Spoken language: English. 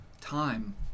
time